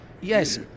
Yes